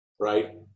right